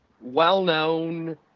well-known